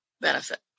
benefit